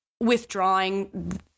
withdrawing